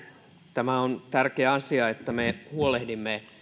tämä on tärkeä asia että me huolehdimme